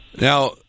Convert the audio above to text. now